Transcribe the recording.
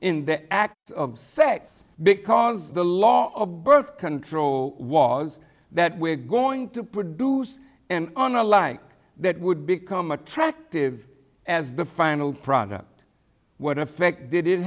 in the act of sex because the law of birth control was that we're going to produce and on a life that would become attractive as the final product what effect